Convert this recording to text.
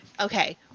okay